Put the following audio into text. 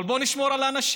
אבל בואו נשמור על האנשים.